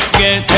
get